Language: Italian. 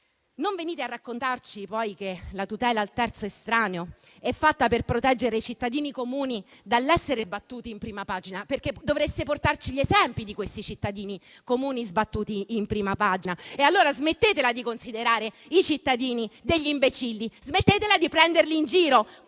Non venite a raccontarci poi che la tutela del terzo estraneo è fatta per proteggere i cittadini comuni dall'essere sbattuti in prima pagina, perché dovreste portarci gli esempi di questi cittadini comuni sbattuti in prima pagina. Allora smettetela di considerare i cittadini degli imbecilli e smettetela di prenderli in giro.